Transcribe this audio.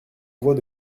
voie